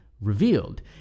revealed